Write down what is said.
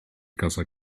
casa